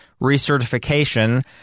recertification